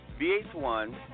VH1